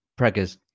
preggers